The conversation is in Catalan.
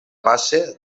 base